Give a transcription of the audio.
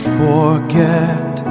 forget